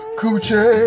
coochie